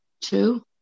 two